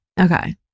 Okay